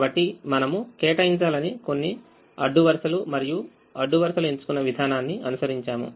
కాబట్టి మనము కేటాయించాలని కొన్ని అడ్డు వరుసలు మరియు అడ్డు వరుసలు ఎంచుకున్న విధానాన్ని అనుసరించాము